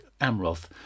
amroth